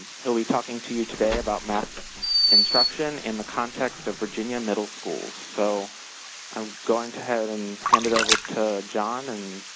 he'll be talking to you today about math instruction in the context of virginia middle schools. so i'm going to and hand it over to john. and